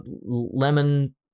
lemon